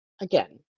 again